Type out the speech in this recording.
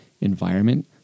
environment